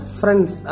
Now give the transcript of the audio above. friends